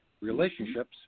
Relationships